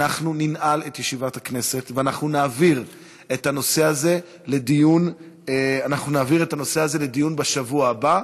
אנחנו ננעל את ישיבת הכנסת ואנחנו נעביר את הנושא הזה לדיון בשבוע הבא.